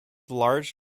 large